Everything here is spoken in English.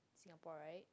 Singapore right